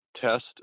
test